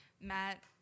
Matt